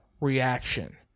reaction